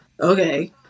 Okay